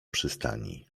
przystani